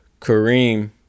Kareem